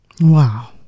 Wow